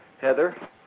Heather